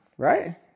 Right